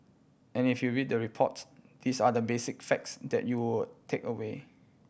and if you read the reports these are the basic facts that you will take away